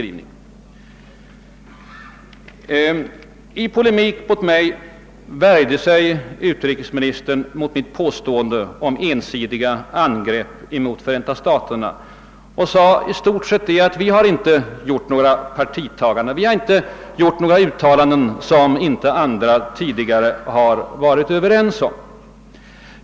I polemik mot mig värjde sig utrikesministern mot mitt påstående om ensidiga angrepp mot Förenta staterna och sade i stort sett att vi har inte gjort några partitaganden, vi har inte gjort några uttalanden som inte andra tidigare varit överens om.